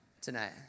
tonight